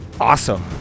awesome